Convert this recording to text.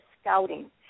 scouting